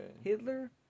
Hitler